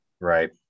Right